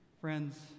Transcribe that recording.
Friends